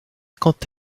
quant